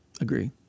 Agree